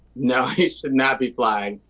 no, he should not be flying,